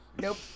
Nope